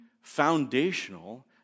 foundational